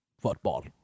football